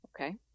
Okay